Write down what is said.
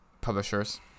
publishers